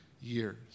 years